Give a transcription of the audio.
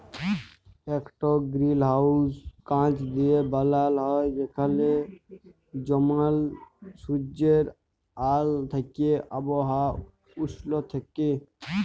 ইকট গিরিলহাউস কাঁচ দিঁয়ে বালাল হ্যয় যেখালে জমাল সুজ্জের আল থ্যাইকে আবহাওয়া উস্ল থ্যাইকে